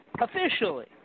Officially